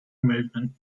movement